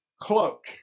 cloak